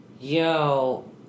Yo